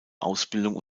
ausbildung